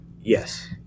Yes